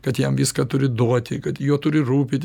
kad jam viską turi duoti kad juo turi rūpintis